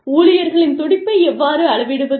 ஊழியர்களின் துடிப்பை எவ்வாறு அளவிடுவது